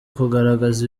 kugaragaza